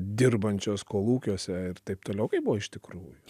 dirbančios kolūkiuose ir taip toliau kaip buvo iš tikrųjų